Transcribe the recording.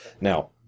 Now